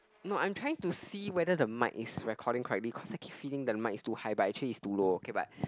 no I'm trying to see whether the mic is recording correctly cause I keep feeling the mic is too high but actually it's too low okay but